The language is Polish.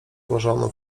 włożoną